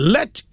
Let